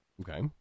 Okay